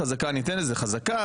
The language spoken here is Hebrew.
ניתן לזה חזקה,